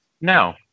No